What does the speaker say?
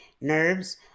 nerves